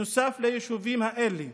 נוסף על היישובים האלה